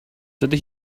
dydy